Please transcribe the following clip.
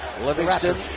Livingston